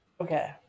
Okay